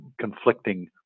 conflicting